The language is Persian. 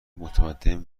متمدن